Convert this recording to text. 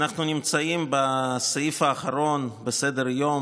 אנחנו נמצאים בסעיף האחרון בסדר-היום.